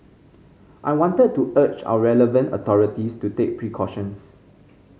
I wanted to urge our relevant authorities to take precautions